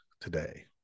today